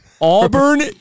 Auburn